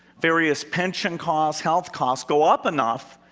various pension costs, health costs go up enough,